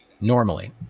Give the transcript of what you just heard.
normally